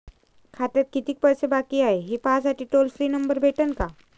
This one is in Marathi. खात्यात कितीकं पैसे बाकी हाय, हे पाहासाठी टोल फ्री नंबर भेटन का?